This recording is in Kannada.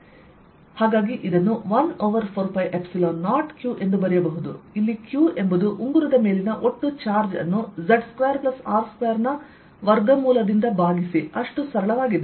ಆದ್ದರಿಂದ ಇದನ್ನು 1 ಓವರ್4π0 Qಎಂದು ಬರೆಯಬಹುದು ಇಲ್ಲಿ Q ಎಂಬುದು ಉಂಗುರದ ಮೇಲಿನ ಒಟ್ಟು ಚಾರ್ಜ್ ಅನ್ನು z2R2ನ ವರ್ಗಮೂಲದಿಂದ ಭಾಗಿಸಿ ಅಷ್ಟು ಸರಳವಾಗಿದೆ